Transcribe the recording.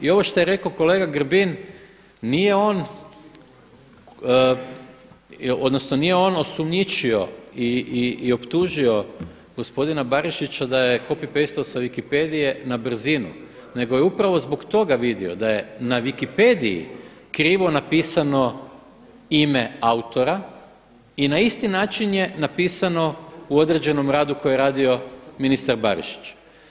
I ovo što je rekao kolega Grbin nije on, odnosno nije on osumnjičio i optužio gospodina Barešića da je copy paste sa wikipedia-e na brzinu nego je upravo zbog toga vidio da je na wikipedia-i krivo napisano ime autora i na isti način je napisano u određenom radu koji je radio ministar Barišić.